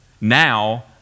Now